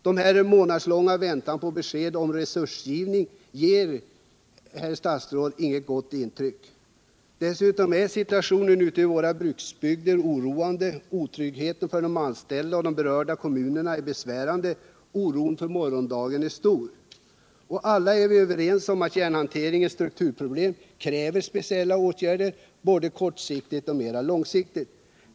Men denna månadslånga väntan på besked om resursgivning ger, herr statsråd, inget gott intryck. Situationen ute i våra bruksbygder är oroande, otryggheten för de anställda och de berörda kommunerna är besvärande och oron för morgondagen är stor. Alla är vi överens om att järnhanteringens strukturproblem kräver speciella åtgärder, både kortsiktigt och mera långsiktigt.